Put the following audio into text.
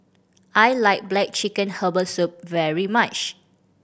I like black chicken herbal soup very much